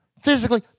physically